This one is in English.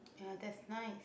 ya that's nice